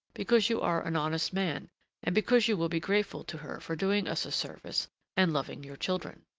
because you are an honest man and because you will be grateful to her for doing us a service and loving your children.